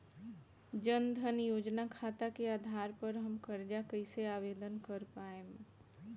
जन धन योजना खाता के आधार पर हम कर्जा कईसे आवेदन कर पाएम?